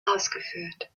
ausgeführt